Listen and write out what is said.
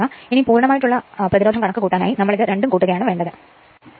ഇനി മുഴുവൻ ആയി ഉള്ള പ്രതിരോധം കണക്കുകൂട്ടാൻ ആയി നമ്മൾ ഇത് രണ്ടും കൂട്ടുക ആണ് വേണ്ടത് r2 1 SS